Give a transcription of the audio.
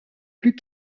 plus